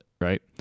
right